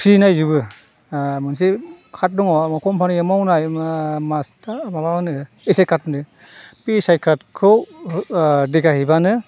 free नायजोबो मोनसे card दङ कम्पानिआव मावनाय मास्थार माबानो एस आइ कार्दनो बे एस आइ कार्दखौ देखायहैबानो